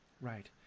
Right